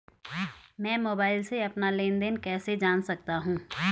मैं मोबाइल से अपना लेन लेन देन कैसे जान सकता हूँ?